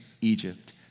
Egypt